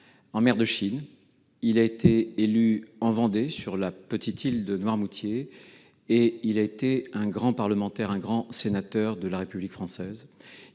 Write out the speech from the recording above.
-, Jacques Oudin a été élu en Vendée, sur la petite île de Noirmoutier. Il a été un grand parlementaire, un grand sénateur de la République française.